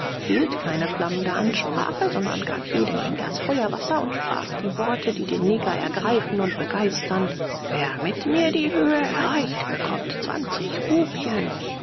hielt keine flammende ansprache sondern gab jedem ein glas feuerwasser und sprach die worte die den neger ergreifen und begeistern wer mit mir die höhe erreicht bekommt zwanzig rupien